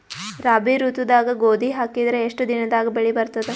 ರಾಬಿ ಋತುದಾಗ ಗೋಧಿ ಹಾಕಿದರ ಎಷ್ಟ ದಿನದಾಗ ಬೆಳಿ ಬರತದ?